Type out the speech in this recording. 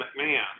McMahon